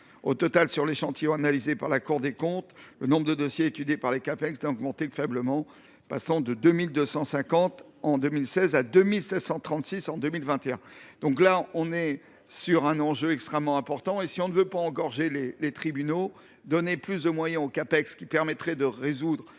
Au total, sur l’échantillon analysé par la Cour des comptes, le nombre de dossiers étudiés par les Ccapex n’a que faiblement augmenté, passant de 2 250 en 2016 à 2 736 en 2021. Il s’agit donc d’un enjeu extrêmement important. Si l’on ne veut pas engorger les tribunaux, donner plus de moyens aux Ccapex permettrait de résoudre